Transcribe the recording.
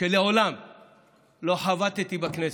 שמעולם לא חבטו בכנסת.